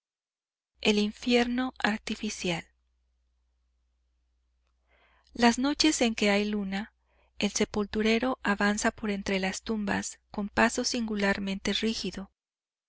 el infierno artificial las noches en que hay luna el sepulturero avanza por entre las tumbas con paso singularmente rígido